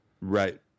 Right